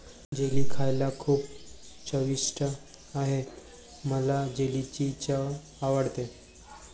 jelly खायला खूप चविष्ट आहे मला जेलीची चव आवडते